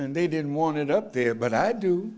and they didn't want it up there but i do